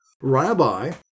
Rabbi